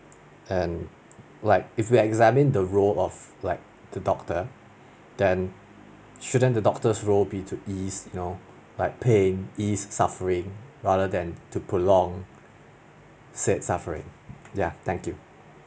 and like you if examine the role of like the doctor then shouldn't the doctor's role be to ease you know like pain ease suffering rather than to prolong said suffering ya thank you